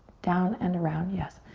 down and around, yes.